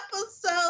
episode